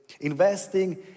Investing